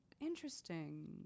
interesting